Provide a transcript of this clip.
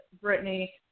Brittany